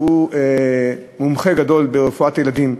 שהוא מומחה גדול ברפואת ילדים,